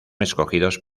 escogidos